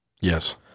Yes